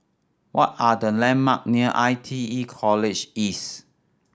what are the landmark near I T E College East